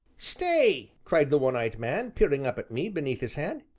stay! cried the one-eyed man, peering up at me beneath his hand.